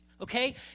okay